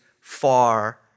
far